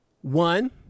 One